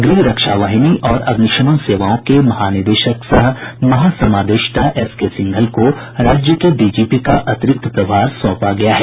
गृह रक्षा वाहिनी और अग्निशमन सेवाओं के महानिदेशक सह महासमादेष्टा एस के सिंघल को राज्य के डीजीपी का अतिरिक्त प्रभार सौंपा गया है